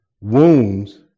wounds